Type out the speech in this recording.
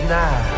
now